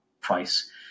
price